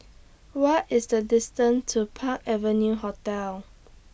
What IS The distance to Park Avenue Hotel